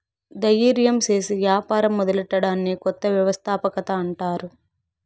దయిర్యం సేసి యాపారం మొదలెట్టడాన్ని కొత్త వ్యవస్థాపకత అంటారు